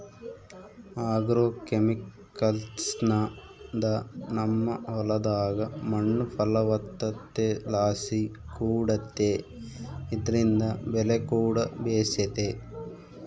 ಆಗ್ರೋಕೆಮಿಕಲ್ಸ್ನಿಂದ ನಮ್ಮ ಹೊಲದಾಗ ಮಣ್ಣು ಫಲವತ್ತತೆಲಾಸಿ ಕೂಡೆತೆ ಇದ್ರಿಂದ ಬೆಲೆಕೂಡ ಬೇಸೆತೆ